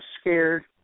scared